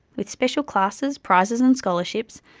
with special classes, prizes and scholarships,